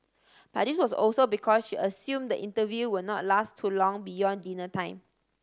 but this was also because she assumed the interview will not last too long beyond dinner time